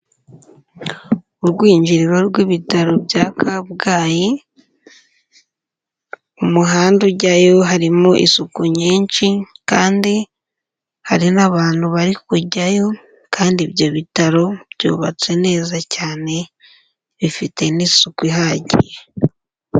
Urwinjiriro rw'ibitaro bya Kabgayi, umuhanda ujyayo harimo isuku nyinshi kandi hari n'abantu bari kujyayo kandi ibyo bitaro byubatse neza cyane, bifite n'isuku ihagije.